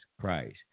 Christ